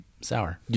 sour